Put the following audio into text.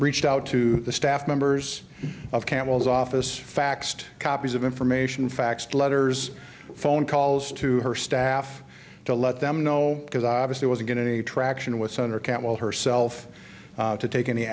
reached out to the staff members of camels office faxed copies of information faxed letters phone calls to her staff to let them know because i obviously wasn't getting any traction with senator cantwell herself to take any